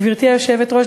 גברתי היושבת-ראש,